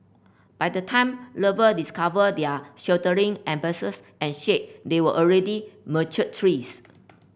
by the time lover discovered their sheltering embraces and shade they were already mature trees